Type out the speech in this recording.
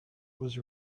was